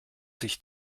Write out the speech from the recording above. sich